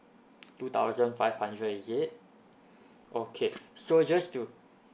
two thousand five hundred is it okay so just to